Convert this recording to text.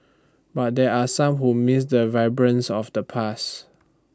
but there are some who miss the vibrance of the past